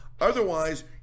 Otherwise